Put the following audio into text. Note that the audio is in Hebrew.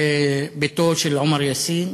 ביתו של עומאר יאסין